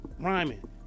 rhyming